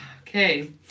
Okay